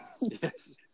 Yes